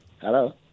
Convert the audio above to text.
Hello